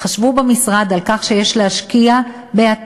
חשבו במשרד על כך שיש להשקיע באתר,